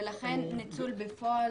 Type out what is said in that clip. ולכן ניצול בפועל